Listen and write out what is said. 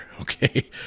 okay